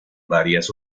varias